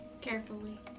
carefully